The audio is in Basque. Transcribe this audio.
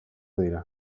dira